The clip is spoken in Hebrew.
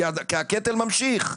כי הקטל ממשיך,